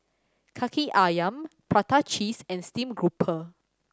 Kaki Ayam prata cheese and steamed grouper